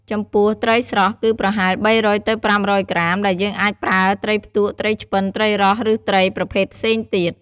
ចំពោះ ត្រីស្រស់គឺប្រហែល ៣០០ទៅ៥០០ ក្រាមដែលយើងអាចប្រើត្រីផ្ទក់ ត្រីឆ្ពិន ត្រីរ៉ស់ ឬត្រីប្រភេទផ្សេងទៀត។